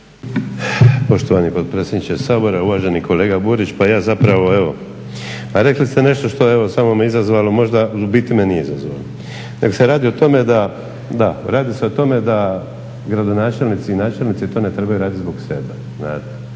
Poštovani potpredsjedniče Sabora, uvaženi kolega Borić. Pa ja zapravo evo, pa rekli ste nešto što evo samo me izazvalo. Možda u biti me nije izazvalo nego se radi o tome da, da radi se o tome da gradonačelnici i načelnici to ne trebaju raditi zbog sebe. Znate,